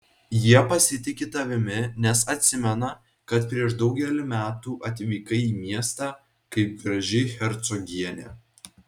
jie pasitiki tavimi nes atsimena kad prieš daugelį metų atvykai į miestą kaip graži hercogienė